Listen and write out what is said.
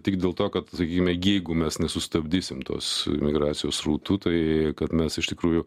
tik dėl to kad sakykime jeigu mes nesustabdysim tos imigracijos srautų tai kad mes iš tikrųjų